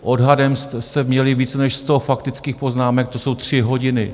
Odhadem jste měli více než sto faktických poznámek, to jsou tři hodiny.